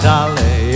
Dolly